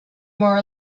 more